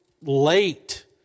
late